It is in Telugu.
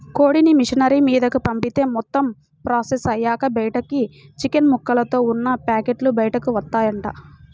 కోడిని మిషనరీ మీదకు పంపిత్తే మొత్తం ప్రాసెస్ అయ్యాక బయటకు చికెన్ ముక్కలతో ఉన్న పేకెట్లు బయటకు వత్తాయంట